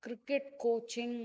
cricket coaching